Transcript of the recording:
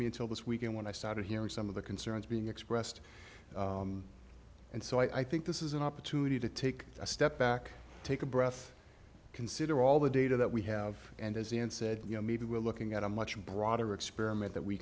me until this weekend when i started hearing some of the concerns being expressed and so i think this is an opportunity to take a step back take a breath consider all the data that we have and as and said you know maybe we're looking at a much broader experiment that we